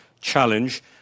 challenge